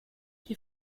die